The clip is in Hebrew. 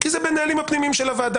כי זה מוסדר בנהלים הפנימיים של הוועדה.